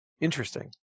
Interesting